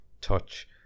touch